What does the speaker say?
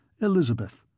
Elizabeth